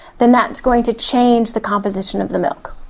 then that's going to change the composition of the milk.